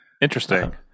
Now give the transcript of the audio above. Interesting